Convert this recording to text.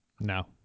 No